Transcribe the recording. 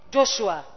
Joshua